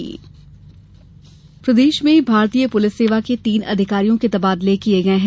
तबादले प्रदेश में भारतीय पुलिस सेवा के तीन अधिकारियों के तबादले किए गए हैं